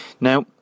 Now